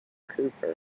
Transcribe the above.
cooper